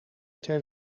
ter